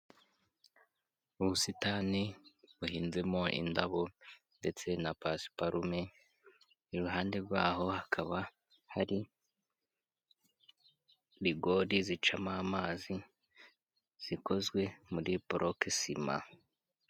Ubusitani buhinzemo indabo ndetse na pasiparume, iruhande rwaho hakaba hari rigori zicamo amazi zikozwe muri borokesima.